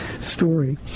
story